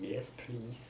yes please